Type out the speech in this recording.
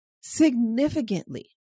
significantly